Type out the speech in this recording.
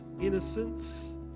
innocence